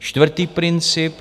Čtvrtý princip.